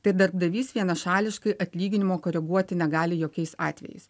tai darbdavys vienašališkai atlyginimo koreguoti negali jokiais atvejais